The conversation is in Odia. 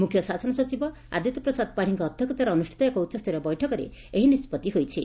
ମୁଖ୍ୟ ଶାସନ ସଚିବ ଆଦିତ୍ୟ ପ୍ରସାଦ ପାତ୍ନୀଙ୍କ ଅଧ୍ଧକ୍ଷତାରେ ଅନୁଷ୍ତିତ ଏକ ଉଚ୍ଚସ୍ତରୀୟ ବୈଠକରେ ଏହି ନିଷ୍ବଉି ହୋଇଛି